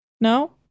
No